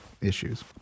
issues